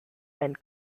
and